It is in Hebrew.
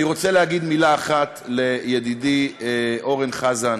אני רוצה להגיד מילה אחת לידידי אורן חזן.